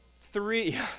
Three